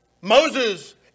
Moses